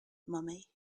mommy